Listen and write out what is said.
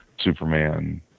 Superman